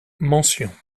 mentions